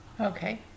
Okay